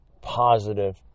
positive